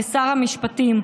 ולשר המשפטים,